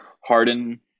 Harden